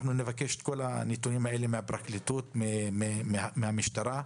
נבקש את כל הנתונים האלה מן הפרקליטות ומן המשטרה.